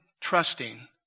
trusting